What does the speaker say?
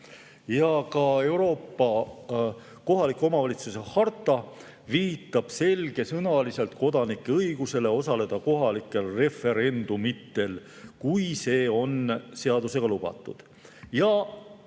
Ka Euroopa kohaliku omavalitsuse harta viitab selgesõnaliselt kodanike õigusele osaleda kohalikel referendumitel, kui see on seadusega lubatud.